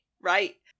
Right